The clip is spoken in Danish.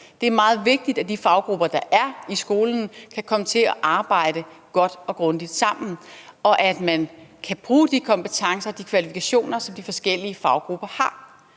Det er meget vigtigt, at de faggrupper, der er i skolen, kan komme til at arbejde godt og grundigt sammen, og at man kan bruge de kompetencer og de kvalifikationer, som de forskellige faggrupper har.